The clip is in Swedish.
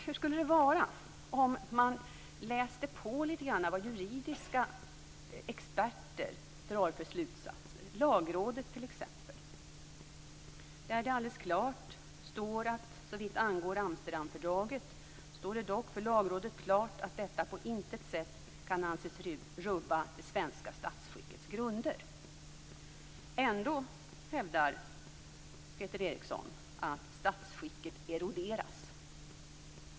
Hur skulle det vara om man läste på litet grand vad juridiska experter drar för slutsatser, t.ex. Lagrådet? Där står att läsa att såvitt angår Amsterdamfördraget står det dock för Lagrådet klart att detta på intet sätt kan anses rubba det svenska statsskickets grunder. Ändå hävdar Peter Eriksson att statsskicket eroderas.